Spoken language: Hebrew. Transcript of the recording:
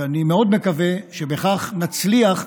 אני מאוד מקווה שבכך נצליח,